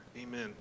Amen